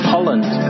Poland